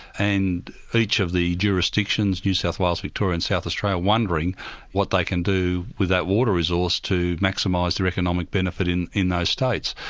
and each of the jurisdictions, new south wales, victoria and south australia, wondering what they can do with that water resource to maximise their economic benefit in in those states.